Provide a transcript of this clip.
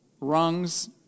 Rungs